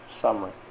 summary